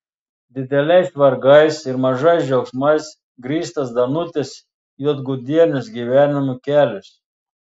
dideliais vargais ir mažais džiaugsmais grįstas danutės juodgudienės gyvenimo kelias